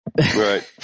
Right